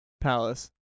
Palace